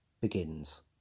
begins